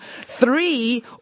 three